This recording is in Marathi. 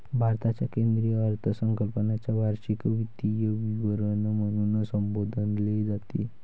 भारताच्या केंद्रीय अर्थसंकल्पाला वार्षिक वित्तीय विवरण म्हणून संबोधले जाते